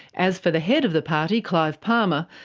as for the head of the party, clive palmer,